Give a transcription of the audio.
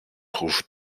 trouve